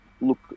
Look